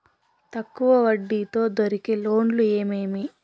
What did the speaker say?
తక్కువ వడ్డీ తో దొరికే లోన్లు ఏమేమీ?